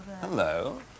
Hello